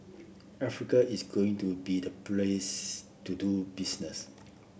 Africa is going to be the place to do business